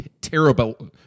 terrible